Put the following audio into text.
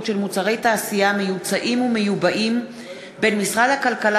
של מוצרי תעשייה מיוצאים ומיובאים בין משרד הכלכלה